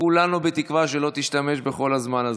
כולנו תקווה שלא תשתמש בכל הזמן הזה.